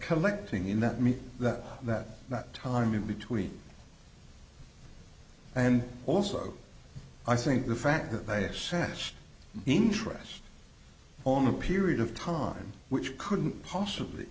collecting in that me that that that time in between and also i think the fact that they assessed interest on a period of time which couldn't possibly